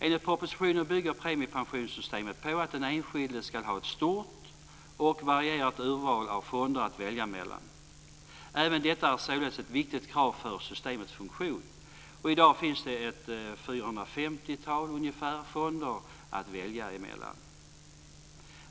Enligt propositionen bygger premiepensionssystemet på att den enskilde ska ha ett stort och varierat urval av fonder att välja mellan. Även detta är således ett viktigt krav för systemets funktion. I dag finns det ungefär 450 fonder att välja mellan.